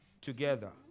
together